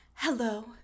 Hello